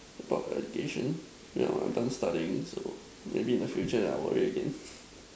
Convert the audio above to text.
about education now I'm done studying so maybe in the future I'll worry again